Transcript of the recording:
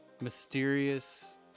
Mysterious